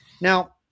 now